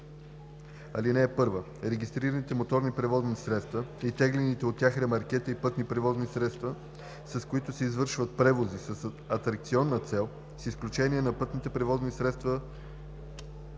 така: „(1) Регистрираните моторни превозни средства и теглените от тях ремаркета и пътни превозни средства, с които се извършват превози с атракционна цел, с изключение на пътните превозни средства